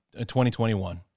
2021